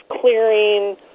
clearing